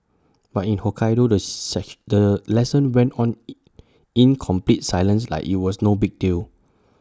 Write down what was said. but in Hokkaido the the lesson went on E in complete silence like IT was no big deal